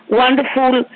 wonderful